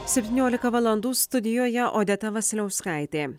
septyniolika valandų studijoje odeta vasiliauskaitė